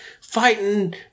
fighting